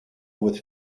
with